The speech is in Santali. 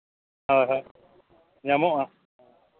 ᱦᱳᱭ ᱦᱳᱭ ᱧᱟᱢᱚᱜᱼᱟ